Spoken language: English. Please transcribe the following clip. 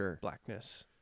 blackness